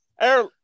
air